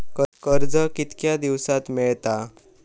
कर्ज कितक्या दिवसात मेळता?